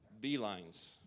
beelines